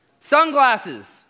Sunglasses